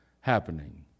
happening